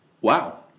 Wow